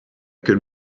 could